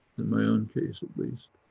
in my own case, at least.